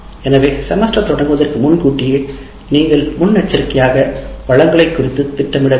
எனவே செமஸ்டர் தொடங்குவதற்கு முன்கூட்டியே நடவடிக்கை நீங்கள் முன்னெச்சரிக்கையாக வளங்களை குறித்து திட்டமிட வேண்டும்